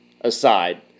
aside